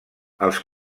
els